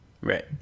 Right